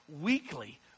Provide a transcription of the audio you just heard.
weekly